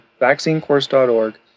vaccinecourse.org